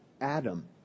Adam